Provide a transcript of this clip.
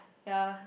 ya